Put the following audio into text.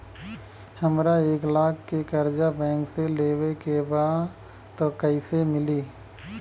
हमरा एक लाख के कर्जा बैंक से लेवे के बा त कईसे मिली?